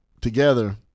together